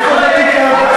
הוא מסית.